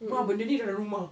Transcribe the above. mak benda ni dalam rumah